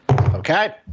okay